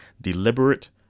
deliberate